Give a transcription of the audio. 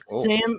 Sam